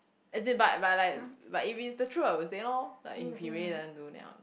as in but but like but if it's the truth I'll say lor like if he really doesn't do then I'll